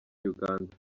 uganda